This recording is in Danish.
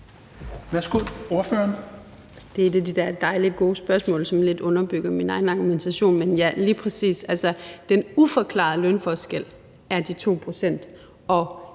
Det er et af de der dejlige gode spørgsmål, som lidt underbygger min egen argumentation. Men ja, lige præcis. Den uforklarede lønforskel er de 2 pct.,